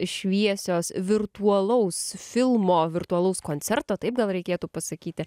šviesios virtualaus filmo virtualaus koncerto taip gal reikėtų pasakyti